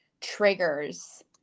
triggers